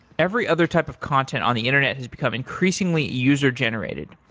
every other type of content on the internet has become increasingly user generated.